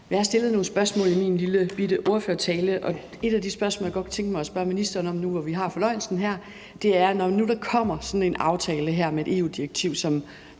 Jeg stillede nogle spørgsmål i min lillebitte ordførertale, og et af de spørgsmål, jeg godt kunne tænke mig at stille til ministeren nu, hvor vi har fornøjelsen her, er: Når nu der kommer sådan en aftale her med et EU-direktiv, som